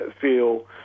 feel